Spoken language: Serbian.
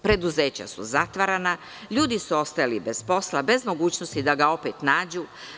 Preduzeća su zatvarana, ljudi su ostajali bez posla, bez mogućnosti da ga opet nađu.